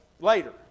later